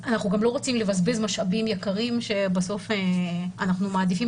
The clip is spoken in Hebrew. אנחנו גם לא רוצים לבזבז משאבים יקרים שבסוף אנחנו מעדיפים